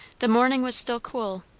the morning was still cool.